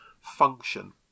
function